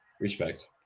respect